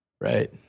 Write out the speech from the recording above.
Right